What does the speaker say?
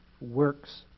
works